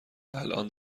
الآن